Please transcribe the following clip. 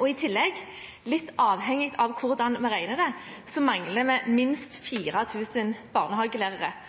og i tillegg – litt avhengig av hvordan vi regner – mangler vi minst